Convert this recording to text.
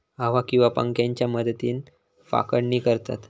हवा किंवा पंख्याच्या मदतीन पाखडणी करतत